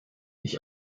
ich